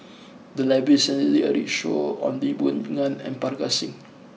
the library recently did a roadshow on Lee Boon Ngan and Parga Singh